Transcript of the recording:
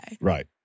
Right